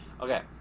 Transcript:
Okay